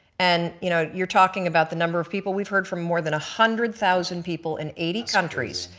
and you know you are talking about the number of people we've heard from more than a hundred thousand people in eighty countries,